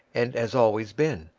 and has always been,